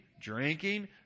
drinking